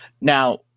now